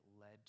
led